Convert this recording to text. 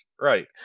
right